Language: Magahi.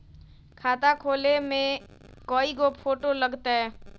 खाता खोले में कइगो फ़ोटो लगतै?